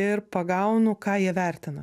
ir pagaunu ką jie vertina